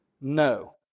No